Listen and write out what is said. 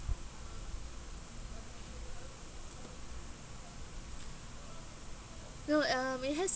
no um because